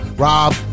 Rob